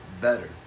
better